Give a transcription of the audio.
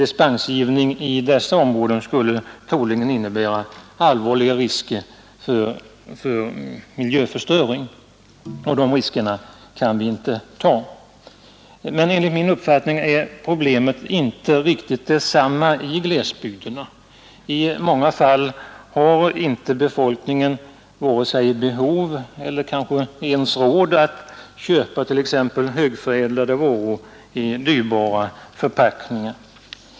Dispenser i dessa områden skulle troligen innebära allvarliga risker för miljöförstöring, och sådana risker kan vi inte ta. Men enligt min uppfattning är problemet inte detsamma i glesbygderna. I många fall har inte befolkningen där vare sig behov eller ens råd att köpa högförädlade varor i dyrbara förpackningar.